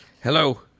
Hello